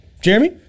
Jeremy